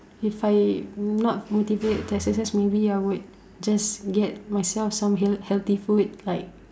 if I not motivate exercise maybe I will just get myself some healthy healthy food like uh